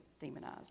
demonized